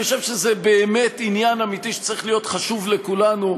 אני חושב שזה עניין אמיתי שצריך להיות חשוב לכולנו.